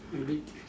maybe